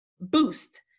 boost